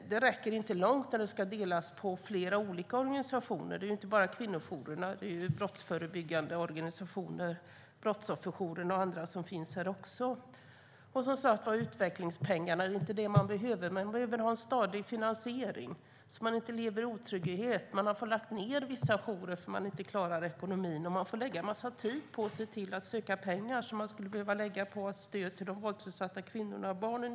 Det räcker inte långt när pengarna ska fördelas på flera olika organisationer. Det handlar ju inte bara om kvinnojourerna utan även om brottsförebyggande organisationer, Brottsofferjouren och andra, som också ska ha av pengarna. Det är som sagt inte utvecklingspengar kvinnojourerna behöver, utan de vill ha en stadig finansiering så att de inte behöver leva i otrygghet. Vissa jourer har fått läggas ned eftersom de inte klarat ekonomin. I stället för att ge stöd får man lägga ned en massa tid på att söka pengar. Den tiden skulle behöva läggas på de våldsutsatta kvinnorna och barnen.